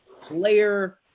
player